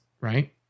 right